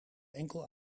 enkel